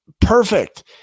perfect